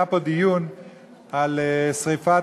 היה פה דיון על שרפת,